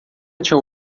tinha